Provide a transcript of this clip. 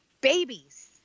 babies